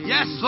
Yes